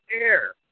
air